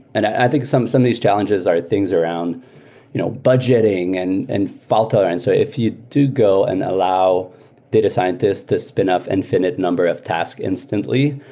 and i think some of these challenges are things around you know budgeting and and fault-tolerance. if you do go and allow data scientists to spin up infinite number of task instantly,